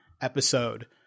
episode